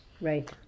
Right